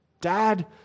Dad